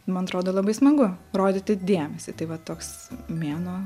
man atrodo labai smagu rodyti dėmesį tai va toks mėnuo